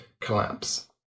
collapse